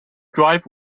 drive